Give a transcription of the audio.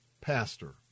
pastor